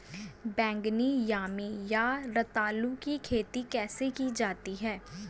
बैगनी यामी या रतालू की खेती कैसे की जाती है?